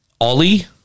Ollie